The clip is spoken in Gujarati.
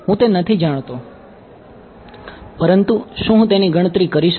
હું તે જાણતો નથી પરંતુ શું હું તેની ગણતરી કરી શકું